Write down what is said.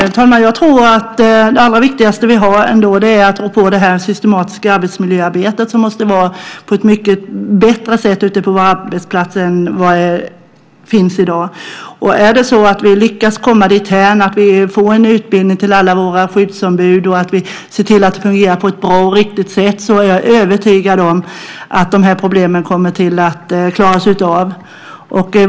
Fru talman! Jag tror att det allra viktigaste för oss är att rå på det systematiska arbetsmiljöarbetet, som måste vara mycket bättre ute på våra arbetsplatser än det i dag är. Om vi lyckas komma dithän att vi får till stånd en utbildning för alla våra skyddsombud och om vi ser till att det fungerar på ett bra och riktigt sätt kommer - det är jag övertygad om - de här problemen att klaras av.